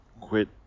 quit